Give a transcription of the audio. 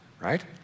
right